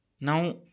Now